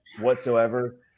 whatsoever